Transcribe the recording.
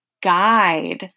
guide